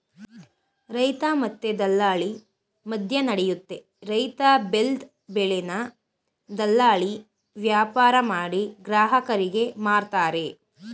ರೈತ ಮತ್ತೆ ದಲ್ಲಾಳಿ ಮದ್ಯನಡಿಯುತ್ತೆ ರೈತ ಬೆಲ್ದ್ ಬೆಳೆನ ದಲ್ಲಾಳಿ ವ್ಯಾಪಾರಮಾಡಿ ಗ್ರಾಹಕರಿಗೆ ಮಾರ್ತರೆ